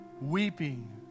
weeping